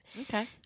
Okay